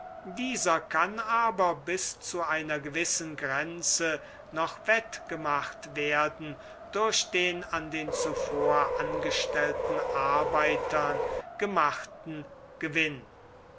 dieser kann aber bis zu einer gewissen grenze noch wettgemacht werden durch den an den zuvor angestellten arbeitern gemachten gewinn